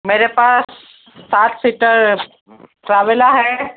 मेरे पास सात सीटर टवेरा है